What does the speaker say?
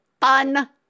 fun